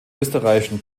österreichischen